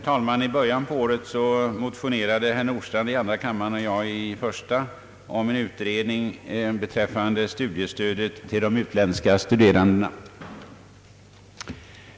I början på året motionerade herr Nordstrandh i andra kammaren och jag i första om en utredning beträffande studiestödet till utländska studerande.